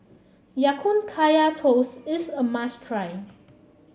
Ya Kun Kaya Toast is a must try